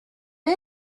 est